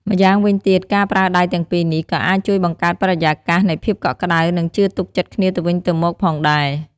ម្យ៉ាងវិញទៀត ការប្រើដៃទាំងពីរនេះ ក៏អាចជួយបង្កើតបរិយាកាសនៃភាពកក់ក្តៅ និងជឿទុកចិត្តគ្នាទៅវិញទៅមកផងដែរ។